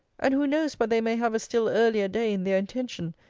and who knows but they may have a still earlier day in their intention,